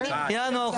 ינואר.